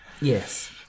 Yes